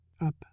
up